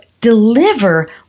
deliver